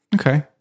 Okay